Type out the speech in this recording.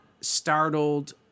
startled